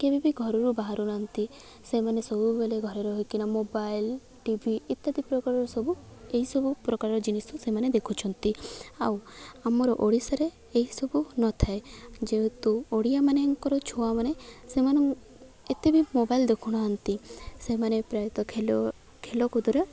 କେବେ ବି ଘରରୁ ବାହାରୁ ନାହାଁନ୍ତି ସେମାନେ ସବୁବେଳେ ଘରେରେ ରହିକିନା ମୋବାଇଲ୍ ଟିଭି ଇତ୍ୟାଦି ପ୍ରକାରର ସବୁ ଏହିସବୁ ପ୍ରକାରର ଜିନିଷ ସେମାନେ ଦେଖୁଛନ୍ତି ଆଉ ଆମର ଓଡ଼ିଶାରେ ଏହିସବୁ ନଥାଏ ଯେହେତୁ ଓଡ଼ିଆମାନଙ୍କର ଛୁଆମାନେ ସେମାନେ ଏତେ ବିି ମୋବାଇଲ୍ ଦେଖୁନାହାନ୍ତି ସେମାନେ ପ୍ରାୟତଃ ଖେଳ ଖେଳକୁଦରେ